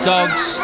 Dogs